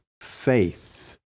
faith